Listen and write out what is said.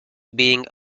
being